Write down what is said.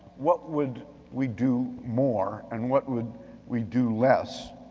what would we do more and what would we do less?